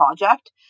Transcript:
project